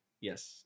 Yes